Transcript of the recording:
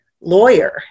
lawyer